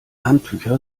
handtücher